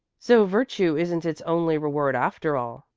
so virtue isn't its only reward after all,